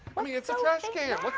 i mean it's a trash can,